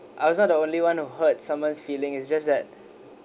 I was not the only one who hurt someone's feeling is just that